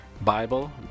Bible